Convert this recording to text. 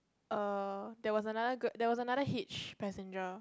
err there was another grab~ there was another hitch passenger